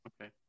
Okay